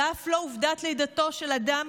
ואף לא עובדת לידתו של אדם